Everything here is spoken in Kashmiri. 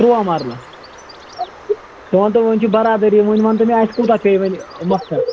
تُرٛواہ مرلہٕ ژٕ ونتہٕ وُنۍ چھِ بَرادٔری وۅنۍ ونتہٕ مےٚ اَسہِ کوٗتاہ پیٚیہِ وۅنۍ مۄخصر